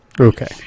Okay